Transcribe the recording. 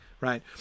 right